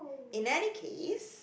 in any case